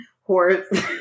horse